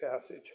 passage